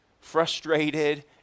frustrated